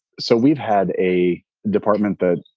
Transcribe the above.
so we've had a department that,